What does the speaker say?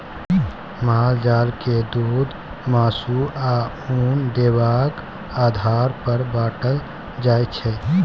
माल जाल के दुध, मासु, आ उन देबाक आधार पर बाँटल जाइ छै